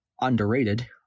underrated